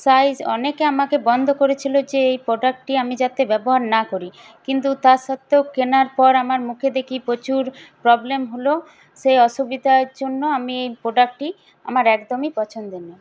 size অনেকে আমাকে বন্ধ করে ছিল যে এই প্রোডাক্টটি আমি যাতে ব্যবহার না করি কিন্তু তা সত্ত্বেও কেনার পর আমার মুখে দেখি প্রচুর প্রবলেম হল সেই অসুবিধার জন্য আমি এই প্রোডাক্টটি আমার একদমই পছন্দের নয়